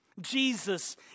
Jesus